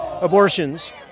abortions